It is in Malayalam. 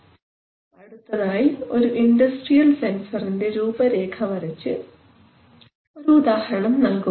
അടുത്തതായി ഒരു ഇൻഡസ്ട്രിയൽ സെൻസർൻറെ രൂപരേഖ വരച്ച് ഒരു ഉദാഹരണം നൽകുക